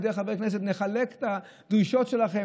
עלי ידי חברי הכנסת נחלק את הדרישות שלכם,